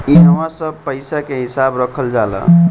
इहवा सब पईसा के हिसाब रखल जाला